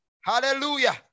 Hallelujah